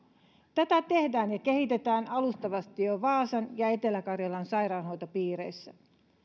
tätä tehdään ja kehitetään alustavasti jo vaasan ja etelä karjalan sairaanhoitopiireissä